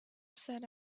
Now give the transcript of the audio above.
said